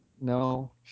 No